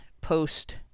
post